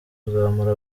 kuzamura